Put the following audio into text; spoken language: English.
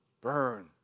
burn